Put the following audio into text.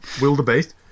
wildebeest